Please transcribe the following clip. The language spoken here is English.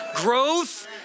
growth